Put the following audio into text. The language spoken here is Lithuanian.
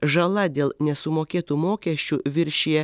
žala dėl nesumokėtų mokesčių viršija